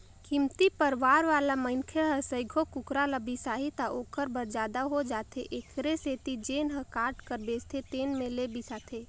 कमती परवार वाला मनखे ह सइघो कुकरा ल बिसाही त ओखर बर जादा हो जाथे एखरे सेती जेन ह काट कर बेचथे तेन में ले बिसाथे